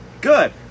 good